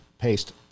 paste